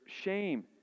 shame